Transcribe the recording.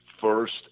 first